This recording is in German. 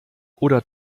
oder